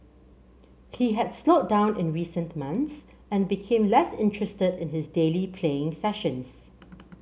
he had slowed down in recent months and became less interested in his daily playing sessions